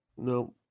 No